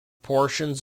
portions